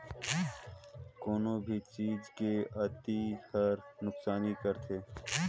कोनो भी चीज के अती हर नुकसानी करथे